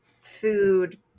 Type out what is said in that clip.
food